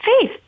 faith